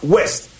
West